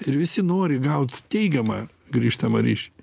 ir visi nori gaut teigiamą grįžtamą ryšį